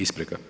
Isprika.